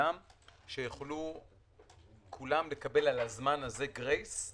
לכולם שיוכלו כולם לקבל על הזמן הזה גרייס,